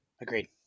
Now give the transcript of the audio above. Agreed